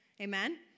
Amen